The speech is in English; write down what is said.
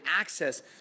access